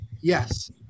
Yes